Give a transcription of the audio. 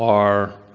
are